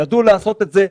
ידעו לעשות את זה,